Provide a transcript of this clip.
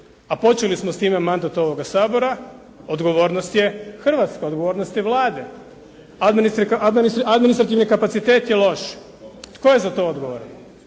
a počeli smo s time mandat ovoga Sabora, odgovornost je Hrvatske, odgovornost je Vlade. Administrativni kapacitet je loš. Tko je za to odgovoran?